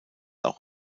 auch